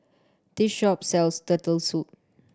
this shop sells Turtle Soup